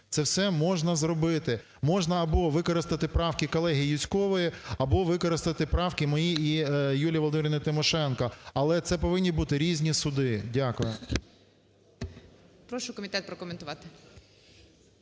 це все можна зробити. Можна або використати правки колеги Юзькової, або використати правки мої і Юлії Володимирівни Тимошенко. Але це повинні бути різні суди. Дякую. ГОЛОВУЮЧИЙ. Прошу комітет прокоментувати.